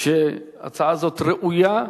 שההצעה הזאת ראויה,